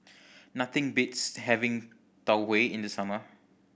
nothing beats having Tau Huay in the summer